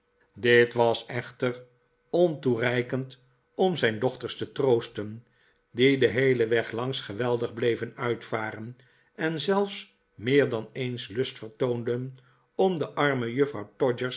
hoor mqddervet echter ontoereikend om zijn dochters te troosten die den heelen weg langs geweldig bleven uitvaren en zelfs meer dan eens lust vertoonden om de arme juffrouw